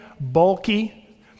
bulky